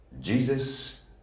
Jesus